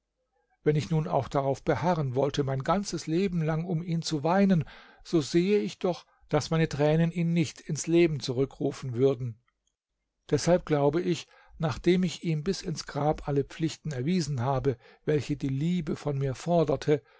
wenn ich nun auch darauf beharren wollte mein ganzes leben lang um ihn zu weinen so sehe ich doch daß meine tränen ihn nicht ins leben zurückrufen würden deshalb glaube ich nachdem ich ihm bis ins grab alle pflichten erwiesen habe welche die liebe von mir forderte